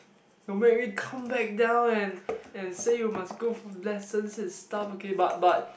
don't make me come back down and and say you must go for lessons and stuff okay but but